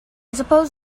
suppose